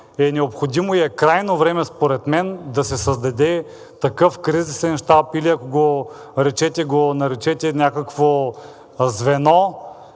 е необходимо и е крайно време според мен да се създаде такъв кризисен щаб или някакво звено,